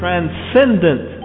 Transcendent